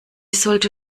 sollte